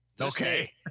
okay